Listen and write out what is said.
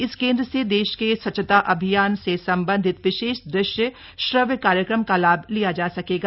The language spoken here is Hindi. इस केन्द्र से देश के स्वच्छता अभियान से संबंधित विशेष दृश्य श्रव्य कार्यक्रम का लाभ लिया जा सकेगा